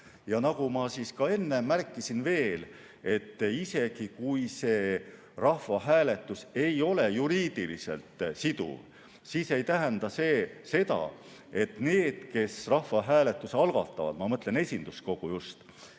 Nagu ma enne märkisin, isegi kui see rahvahääletus ei ole juriidiliselt siduv, ei tähenda see seda, et need, kes rahvahääletuse algatavad, ma mõtlen just esinduskogu,